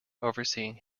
overseeing